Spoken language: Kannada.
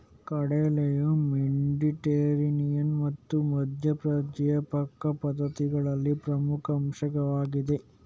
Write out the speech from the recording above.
ಕಡಲೆಯು ಮೆಡಿಟರೇನಿಯನ್ ಮತ್ತು ಮಧ್ಯ ಪ್ರಾಚ್ಯ ಪಾಕ ಪದ್ಧತಿಗಳಲ್ಲಿ ಪ್ರಮುಖ ಅಂಶವಾಗಿದೆ